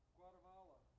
Guatemala